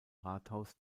rathaus